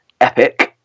epic